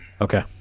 Okay